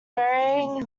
varying